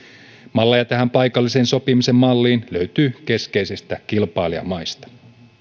malleja tähän paikallisen sopimisen malliin löytyy keskeisistä kilpailijamaista